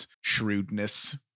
shrewdness